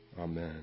Amen